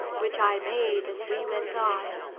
which i made as we went on.